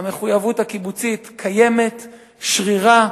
המחויבות הקיבוצית שרירה וקיימת.